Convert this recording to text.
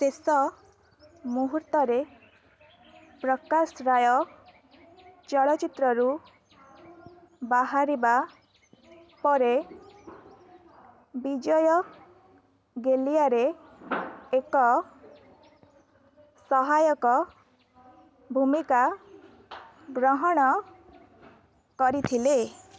ଶେଷ ମୁହୂର୍ତ୍ତରେ ପ୍ରକାଶ ରାୟ ଚଳଚ୍ଚିତ୍ରରୁ ବାହାରିବା ପରେ ବିଜୟ ଗେଲିଆରେ ଏକ ସହାୟକ ଭୂମିକା ଗ୍ରହଣ କରିଥିଲେ